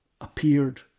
appeared